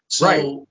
Right